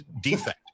defect